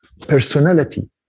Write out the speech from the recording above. personality